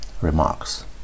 remarks